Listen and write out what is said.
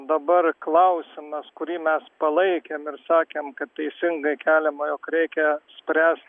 dabar klausimas kurį mes palaikėm ir sakėm kad teisingai keliama jog reikia spręs